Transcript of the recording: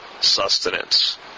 sustenance